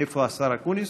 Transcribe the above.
איפה השר אקוניס?